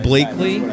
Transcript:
Blakely